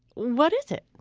what is it?